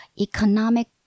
economic